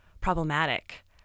problematic